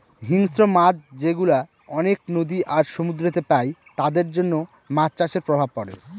হিংস্র মাছ যেগুলা অনেক নদী আর সমুদ্রেতে পাই তাদের জন্য মাছ চাষের প্রভাব পড়ে